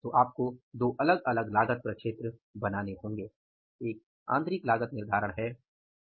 तो आपको दो अलग अलग लागत प्रक्षेत्र बनाने होंगे एक आंतरिक लागत निर्धारण है